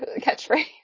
catchphrase